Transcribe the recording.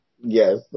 Yes